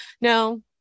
no